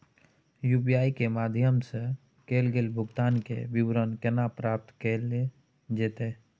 UPI के माध्यम सं कैल गेल भुगतान, के विवरण केना प्राप्त कैल जेतै?